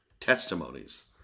testimonies